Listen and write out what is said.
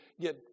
get